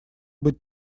быть